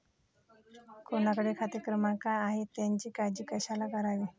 कोणाकडे खाते क्रमांक आहेत याची काळजी कशाला करावी